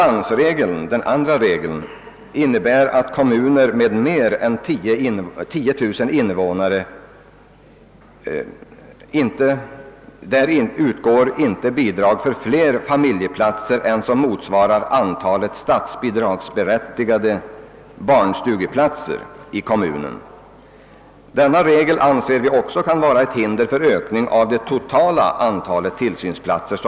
Den andra regeln, balansregeln, innebär att i kommuner med mer än 10 000 invånare bidrag inte utgår för fler familjedaghemsplatser än som motsvarar antalet statsbidragsberättigade barnstugeplatser i kommunen. Denna regel kan också bli ett hinder för den nödvändiga ökningen av det totala antalet tillsynsplatser.